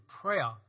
prayer